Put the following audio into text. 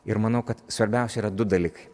ir manau kad svarbiausia yra du dalykai